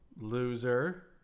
Loser